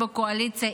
הכנסת,